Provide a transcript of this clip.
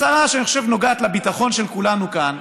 הצעה שאני חושב שנוגעת לביטחון של כולנו כאן,